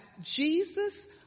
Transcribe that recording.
Jesus